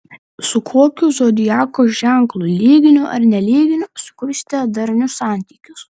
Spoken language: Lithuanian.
su kokiu zodiako ženklu lyginiu ar nelyginiu sukursite darnius santykius